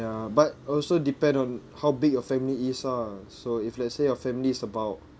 but also depend on how big your family is ah so if let's say your family is about